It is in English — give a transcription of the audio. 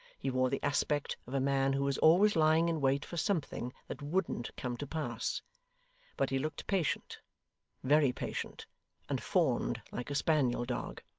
he wore the aspect of a man who was always lying in wait for something that wouldn't come to pass but he looked patient very patient and fawned like a spaniel dog.